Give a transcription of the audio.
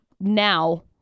now